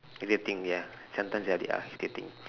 irritating ya sometimes you have ya irritating